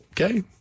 Okay